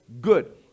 good